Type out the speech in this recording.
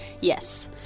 Yes